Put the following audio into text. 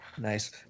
Nice